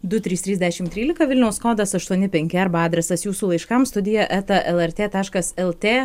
du trys trys dešim trylika vilniaus kodas aštuoni penki arba adresas jūsų laiškam studija eta lrt taškas lt